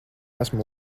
esmu